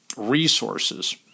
resources